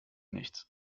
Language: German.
nichts